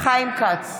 חיים כץ,